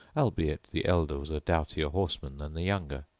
albeit the elder was a doughtier horseman than the younger.